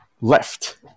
left